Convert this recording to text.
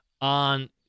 on